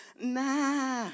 Nah